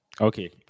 okay